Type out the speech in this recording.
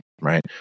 right